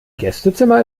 gästezimmer